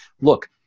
look